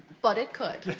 but it could,